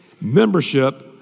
Membership